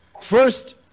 first